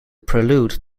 prelude